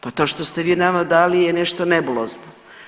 Pa što ste vi nama dali je nešto nebulozno.